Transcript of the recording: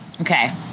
Okay